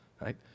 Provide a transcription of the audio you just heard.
right